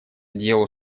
делу